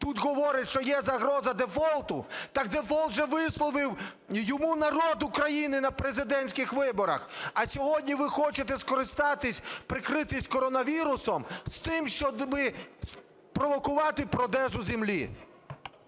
тут говорить, що є загроза дефолту, так дефолт вже висловив йому народ України на президентських виборах, а сьогодні ви хочете скористатися… прикритися коронавірусом з тим, щоби провокувати продажу землі.